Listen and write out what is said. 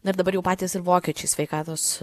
na ir dabar jau patys ir vokiečiai sveikatos